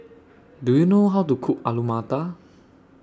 Do YOU know How to Cook Alu Matar